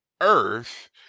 Earth